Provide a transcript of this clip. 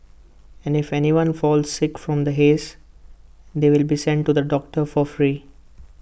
and if anyone falls sick from the haze they will be sent to the doctor for free